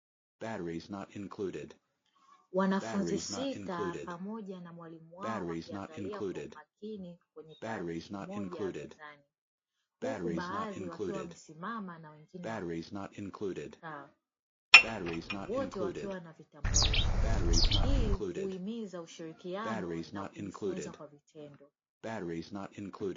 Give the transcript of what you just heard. Wanafunzi sita pamoja na mwalimu wao wakiangalia kwa makini kwenye tarakishi moja ya mezani, huku baadhi wakiwa wamesimama na wengine wamekaa; wote wakiwa na vitambulisho. Hii huhimiza ushirikiano na kujifunza kwa vitendo.